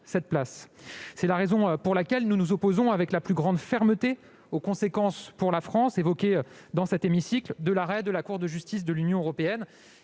cette place. C'est la raison pour laquelle nous nous opposons avec la plus grande fermeté aux conséquences, évoquées dans cet hémicycle, de l'arrêt de la Cour de justice de l'Union européenne